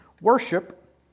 Worship